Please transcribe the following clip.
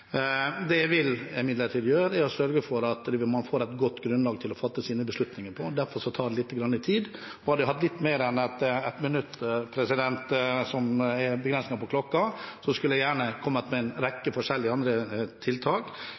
Det vi imidlertid gjør, er å sørge for at Stortinget får et godt grunnlag for å fatte sine beslutninger på, og derfor tar det litt tid. Hadde jeg hatt litt mer enn 1 minutt, som er begrensningen på klokken, skulle jeg gjerne ha kommet med en rekke andre tiltak.